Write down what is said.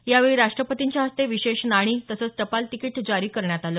यावेळी राष्टपतींच्या हस्ते विशेष नाणी तसंच टपाल तिकिट जारी करण्यात आलं